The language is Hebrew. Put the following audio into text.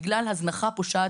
בגלל הזנחה פושעת,